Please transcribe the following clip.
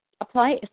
Apply